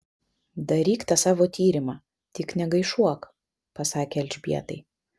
daryk tą savo tyrimą tik negaišuok pasakė elžbietai